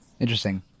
Interesting